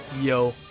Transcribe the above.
Yo